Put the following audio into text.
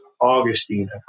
Augustine